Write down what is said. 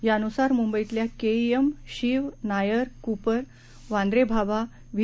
यान्सार म्ंबईतल्या KEM Sion Nair Cooper वांद्रेभाभा V